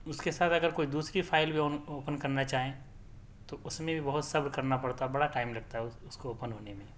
اس کے ساتھ اگر کوئی دوسری فائل بھی آن اوپن کرنا چاہیں تو اس میں بھی بہت صبر کرنا پڑتا ہے بڑا ٹائم لگتا ہے اس کو اوپن ہونے میں